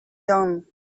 done